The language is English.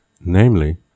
namely